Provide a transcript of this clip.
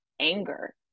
anger